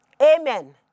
Amen